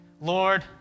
Lord